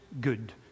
good